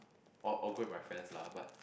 or or go with my friends lah but